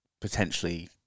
potentially